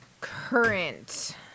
Current